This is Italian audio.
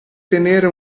tenere